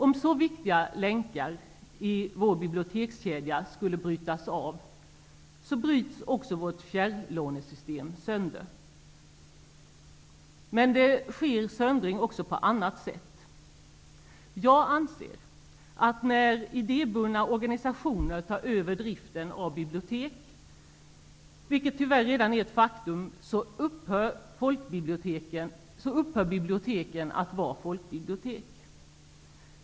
Om så viktiga länkar i vår bibliotekskedja skulle brytas av, bryts också vårt fjärrlånesystem sönder. Men det sker söndring också på annat sätt. Jag anser att när idébundna organisationer tar över driften av bibliotek, vilket tyvärr redan är ett faktum, upphör biblioteken att vara folkbibliotek.